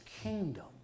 kingdom